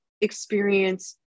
experience